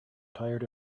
tired